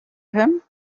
him